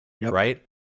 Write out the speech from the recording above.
right